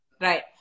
Right